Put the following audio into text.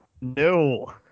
no